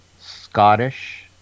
Scottish